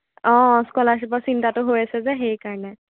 অঁ স্কলাৰশ্বিপৰ চিন্তাটো হৈ আছে যে সেইকাৰণে